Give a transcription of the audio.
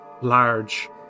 large